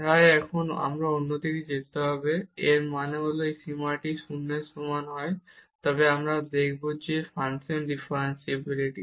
তাই এখন আমরা অন্য দিকে যেতে হবে এর মানে হল যদি এই সীমাটি 0 এর সমান হয় তবে আমরা দেখাব যে ফাংশনটি ডিফারেনশিবিলিটি